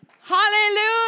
Hallelujah